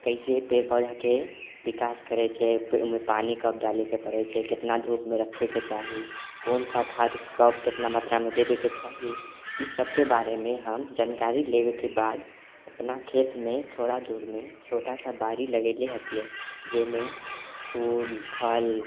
कैसे पेड़ पौधाके विकास करै छै ओइमे पानि कब डालेके पड़ै छै कितना धूपमे रखैके चाही कोन सा खाद कब कितना मात्रामे देबैके चाही ई सबके बारेमे हम जानकारी लेबैके बाद अपना खेतमे थोड़ा दूरमे छोटा सा बाड़ी लगेले हथियै जाहिमे फूल फल